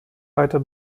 weiter